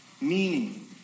meaning